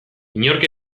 inork